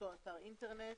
אותו אתר אינטרנט.